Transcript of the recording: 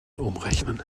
umrechnen